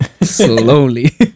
Slowly